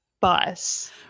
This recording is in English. bus